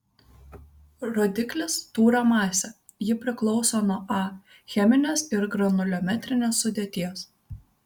rodiklis tūrio masė ji priklauso nuo a cheminės ir granuliometrinės sudėties